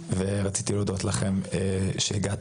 אז אני רוצה להודות לכם על שהגעתם.